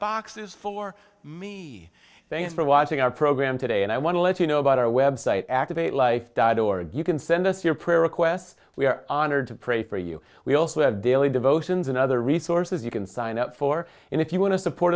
boxes for me thanks for watching our program today and i want to let you know about our web site activate life died or you can send us your prayer requests we are honored to pray for you we also have daily devotions and other resources you can sign up for and if you want to support